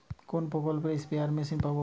কোন প্রকল্পে spare machine পাব?